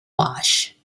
wash